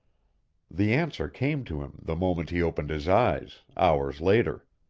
the answer came to him the moment he opened his eyes, hours later.